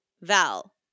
Val